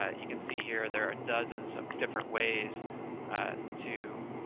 ah you can see here, there are dozens of different ways to